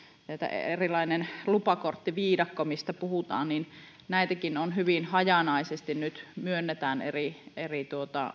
tämä lupakorttiviidakko mistä puhutaan ja kun näitä lupiakin hyvin hajanaisesti nyt myönnetään eri eri